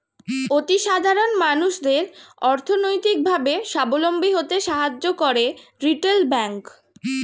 অতি সাধারণ মানুষদের অর্থনৈতিক ভাবে সাবলম্বী হতে সাহায্য করে রিটেল ব্যাংক